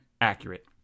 accurate